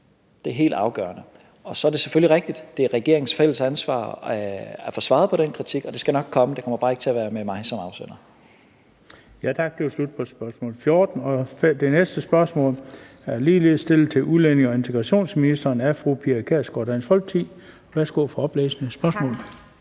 Det er helt afgørende. Så er det selvfølgelig rigtigt, at det er regeringens fælles ansvar at få svaret på den kritik, og det skal nok komme. Det kommer bare ikke til at være med mig som afsender. Kl. 16:49 Den fg. formand (Bent Bøgsted): Tak. Det var slut på spørgsmål 14. Det næste spørgsmål er ligeledes stillet til udlændinge- og integrationsministeren af fru Pia Kjærsgaard, Dansk Folkeparti.